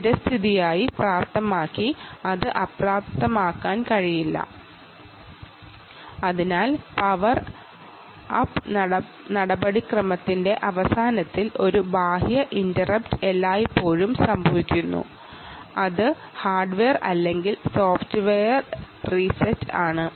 അത് ടി സേമ്പിൾ ചെയ്യാർ കഴിയില്ല അതിനാൽ പവർ അപ്പ് നടപടിക്രമത്തിന്റെ അവസാനത്തിൽ ഒരു എക്സ്റ്റേണൽ ഇന്ററപ്റ്റ് എല്ലായ്പ്പോഴും സംഭവിക്കുന്നു അത് ഹാർഡ്വെയർ അല്ലെങ്കിൽ സോഫ്റ്റ്വെയർ റീസെറ്റ് ആണ്